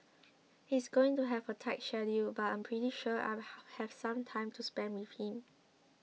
he's going to have a tight schedule but I'm pretty sure I'll have some time to spend with him